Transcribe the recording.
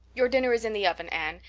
your dinner is in the oven, anne,